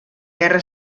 guerra